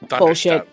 bullshit